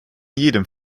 jedem